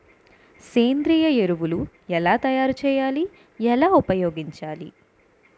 సేంద్రీయ ఎరువులు ఎలా తయారు చేయాలి? ఎలా ఉపయోగించాలీ?